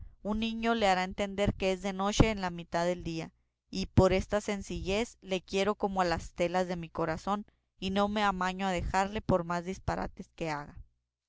un niño le hará entender que es de noche en la mitad del día y por esta sencillez le quiero como a las telas de mi corazón y no me amaño a dejarle por más disparates que haga